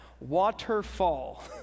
waterfall